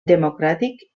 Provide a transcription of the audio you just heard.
democràtic